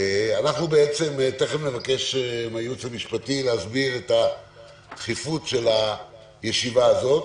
תכף נבקש מהייעוץ המשפטי להסביר את הדחיפות של הישיבה הזאת.